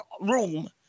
room